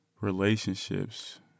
relationships